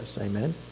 amen